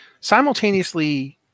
simultaneously